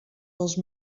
pels